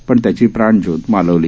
पण त्याची प्राणज्योत मालवली